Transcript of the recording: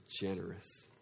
generous